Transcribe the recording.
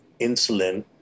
insulin